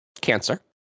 cancer